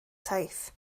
taith